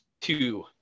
two